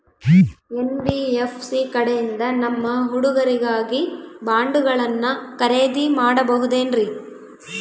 NBFC ಕಡೆಯಿಂದ ನಮ್ಮ ಹುಡುಗರಿಗಾಗಿ ಬಾಂಡುಗಳನ್ನ ಖರೇದಿ ಮಾಡಬಹುದೇನ್ರಿ?